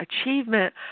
achievement